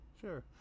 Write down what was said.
sure